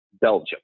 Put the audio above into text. Belgium